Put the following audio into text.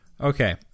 Okay